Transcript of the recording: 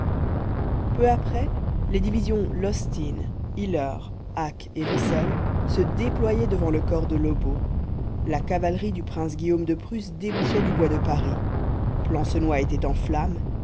peu après les divisions losthin hiller hacke et ryssel se déployaient devant le corps de lobau la cavalerie du prince guillaume de prusse débouchait du bois de paris plancenoit était en flammes